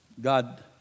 God